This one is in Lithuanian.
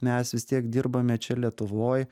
mes vis tiek dirbame čia lietuvoj